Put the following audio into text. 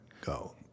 go